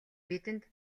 бидэнд